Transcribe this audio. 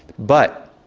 but,